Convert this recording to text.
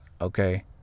okay